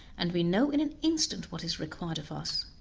and we know in an instant what is required of us.